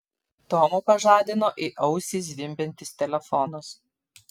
tomą pažadino į ausį zvimbiantis telefonas